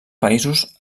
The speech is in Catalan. països